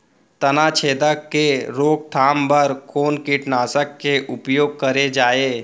तनाछेदक के रोकथाम बर कोन कीटनाशक के उपयोग करे जाये?